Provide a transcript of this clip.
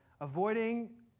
Avoiding